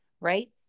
right